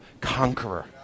conqueror